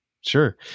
Sure